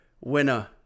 winner